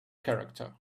character